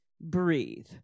breathe